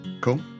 Cool